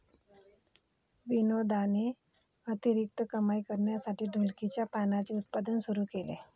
विनोदने अतिरिक्त कमाई करण्यासाठी ढोलकीच्या पानांचे उत्पादन सुरू केले